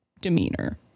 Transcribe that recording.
demeanor